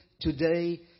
today